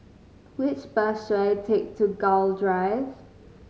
which bus should I take to Gul Drive